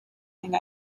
thing